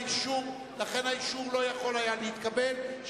האישור לא יכול היה להתקבל,